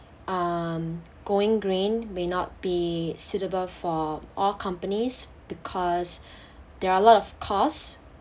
um going green may not be suitable for all companies because there are a lot of cost